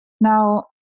Now